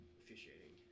officiating